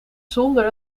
zonder